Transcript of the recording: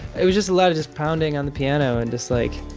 it was just a lot of just pounding on the piano and just like